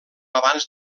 avanç